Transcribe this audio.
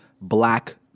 black